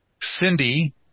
Cindy